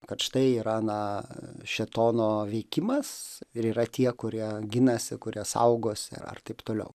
kad štai yra na šėtono veikimas ir yra tie kurie ginasi kurie saugosi ar taip toliau